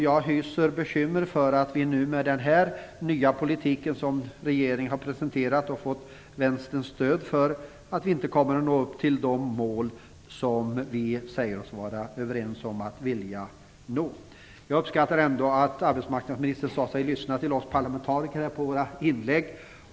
Jag hyser oro för att vi med den nya politik som regeringen har presenterat och fått vänsterns stöd för inte kommer att nå upp till de mål som vi säger oss vara överens om att vilja nå. Jag uppskattar ändå att arbetsmarknadsministern sade sig lyssna till oss parlamentariker och våra inlägg.